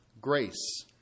Grace